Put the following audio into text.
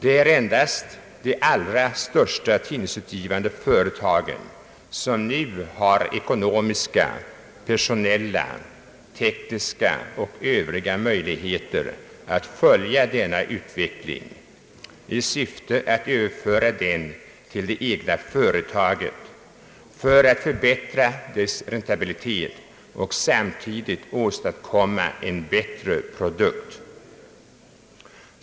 Det är endast de allra största tidningsutgivande företagen som nu har ekonomiska, personella, tekniska och övriga möjligheter att följa denna utveckling i syfte att överföra dess positiva sidor till det egna företaget för att för bättra dettas räntabilitet och samtidigt åstadkomma en bättre produkt.